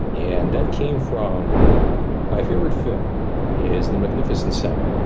and that came from my favorite film is the magnificent seven.